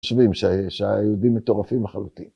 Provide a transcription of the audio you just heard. ‫חושבים שהיהודים מטורפים לחלוטין.